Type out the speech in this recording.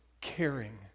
caring